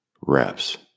reps